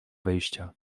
wyjścia